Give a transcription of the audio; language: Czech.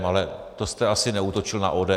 Ale to jste asi neútočil na ODS.